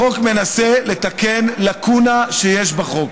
החוק מנסה לתקן לקונה שיש בחוק.